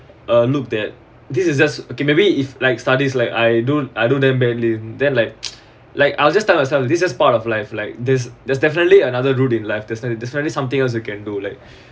uh look that this is just okay maybe if like studies like I don't I don't damn badly then like like I will just tell myself this is part of life like this there's definitely another route in life definitely definitely something else you can do like